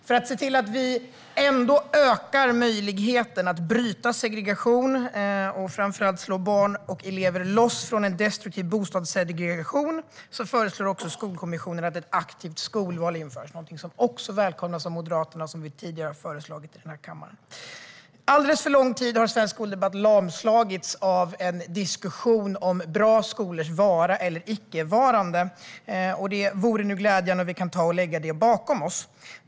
För att se till att vi ändå ökar möjligheten att bryta segregation och komma loss från en destruktiv bostadssegregation föreslår också Skolkommissionen att ett aktivt skolval införs, något som också välkomnas av Moderaterna och som vi tidigare har föreslagit i den här kammaren. Alldeles för lång tid har svensk skoldebatt lamslagits av en diskussion om bra skolors vara eller icke-vara. Det vore nu glädjande om vi kunde lägga det bakom oss.